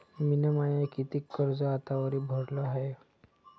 मिन माय कितीक कर्ज आतावरी भरलं हाय?